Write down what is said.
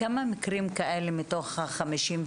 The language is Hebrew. כמה מקרים כאלה היו מתוך ה-52?